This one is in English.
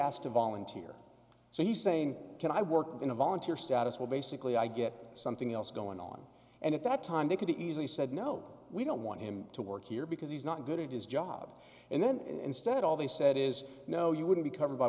asked to volunteer so he's saying can i work in a volunteer status will basically i get something else going on and at that time they could easily said no we don't want him to work here because he's not good at his job and then instead all they said is no you would be covered by